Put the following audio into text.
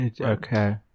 Okay